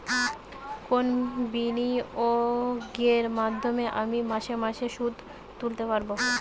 কোন বিনিয়োগের মাধ্যমে আমি মাসে মাসে সুদ তুলতে পারবো?